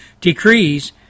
decrees